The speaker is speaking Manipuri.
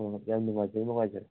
ꯎꯝ ꯌꯥꯝ ꯅꯨꯡꯉꯥꯏꯖꯔꯦ ꯅꯨꯡꯉꯥꯏꯖꯔꯦ